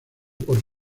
por